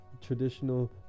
traditional